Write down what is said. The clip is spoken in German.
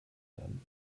werden